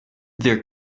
their